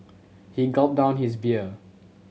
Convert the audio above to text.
he gulped down his beer